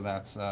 that's